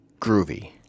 groovy